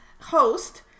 host